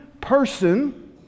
person